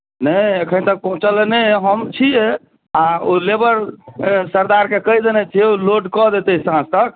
नहि अखन तक पहुँचलए नहि हम छीहे आ ओ लेबर सरदारके कहि देने छियै लोड कऽ देतै साँझतक